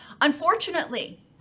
unfortunately